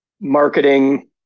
marketing